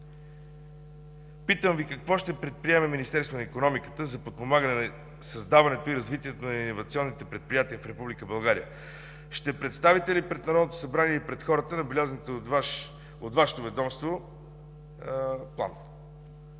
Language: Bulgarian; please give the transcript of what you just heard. Питам Ви: какво ще предприеме Министерството на икономиката за подпомагане на създаването и развитието на иновационните предприятия в Република България? Ще представите ли пред Народното събрание и пред хората набелязания от Вашето ведомство план?